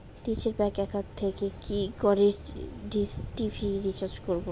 নিজের bank account থেকে কি করে ডিশ টি.ভি রিচার্জ করবো?